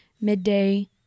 midday